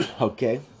Okay